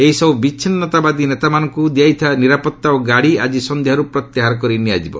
ଏହିସବୁ ବିଚ୍ଛିନ୍ନତାବାଦୀ ନେତାମାନଙ୍କୁ ଦିଆଯାଇଥିବା ନିରାପତ୍ତା ଓ ଗାଡ଼ି ଆଜି ସଂଧ୍ୟାରୁ ପ୍ରତ୍ୟାହାର କରିନିଆଯିବ